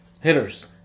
Hitters